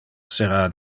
sera